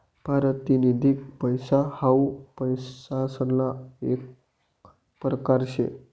पारतिनिधिक पैसा हाऊ पैसासना येक परकार शे